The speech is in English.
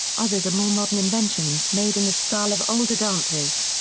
others are more modern inventions made in the style of older dances.